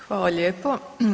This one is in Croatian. Hvala lijepo.